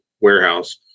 warehouse